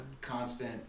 constant